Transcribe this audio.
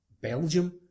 Belgium